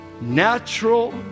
Natural